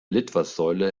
litfaßsäule